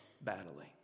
battling